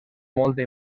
molta